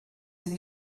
sydd